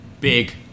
big